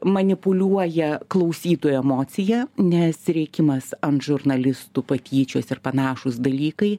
manipuliuoja klausytojų emocija nes rėkimas ant žurnalistų patyčios ir panašūs dalykai